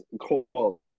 call